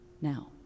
now